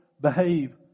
behave